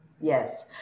Yes